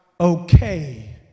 okay